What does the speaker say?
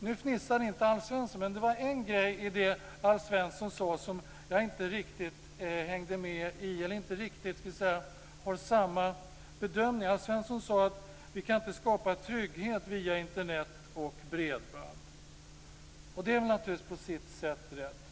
Nu fnissade inte Alf Svensson, men det var en grej i det Alf Svensson sade där jag inte riktigt gör samma bedömning. Alf Svensson sade att vi inte kan skapa trygghet via Internet och bredband. Det är naturligtvis på sitt sätt rätt.